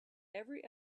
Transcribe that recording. every